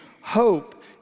Hope